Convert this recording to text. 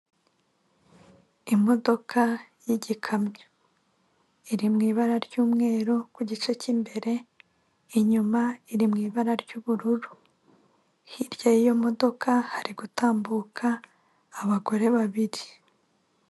Imodoka y'igikamyo iri mu ibara ry'umweru ku gice cy'imbere inyuma iri mu ibara ry'ubururu, hirya y'iyo modoka hari gutambuka abagore babiri.